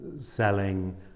selling